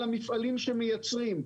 על המפעלים שמייצרים.